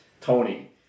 Tony